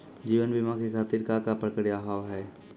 जीवन बीमा के खातिर का का प्रक्रिया हाव हाय?